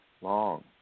long